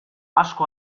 asko